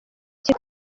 iki